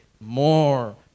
more